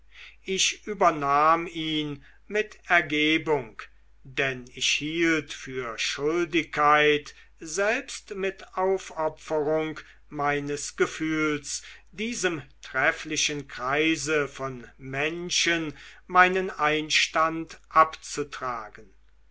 ich übernahm ihn mit ergebung denn ich hielt für schuldigkeit selbst mit aufopferung meines gefühls diesem trefflichen kreise von menschen meinen einstand abzutragen